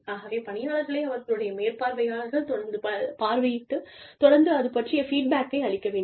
ஆகவே பணியாளர்களை அவர்களுடைய மேற்பார்வையாளர்கள் தொடர்ந்து பார்வையிட்டு தொடர்ந்து அது பற்றிய ஃபீட்பேக்கை அளிக்க வேண்டும்